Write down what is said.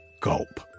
gulp